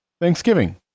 Thanksgiving